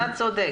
אתה צודק.